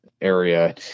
area